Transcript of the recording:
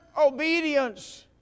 obedience